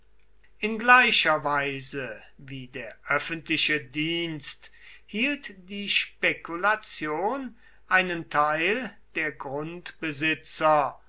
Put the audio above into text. in gleicher weise wie der öffentliche dienst hielt die spekulation einen teil der grundbesitzer